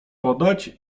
podać